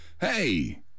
Hey